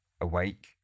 awake